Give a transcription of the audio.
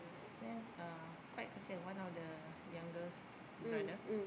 then uh quite kesian one of the youngest brother